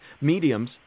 mediums